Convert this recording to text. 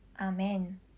Amen